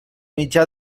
mitjà